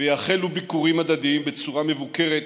ויחלו ביקורים הדדיים בצורה מבוקרת